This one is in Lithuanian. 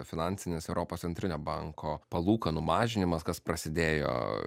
finansinis europos centrinio banko palūkanų mažinimas kas prasidėjo